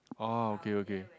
ah okay okay